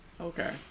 Okay